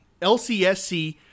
LCSC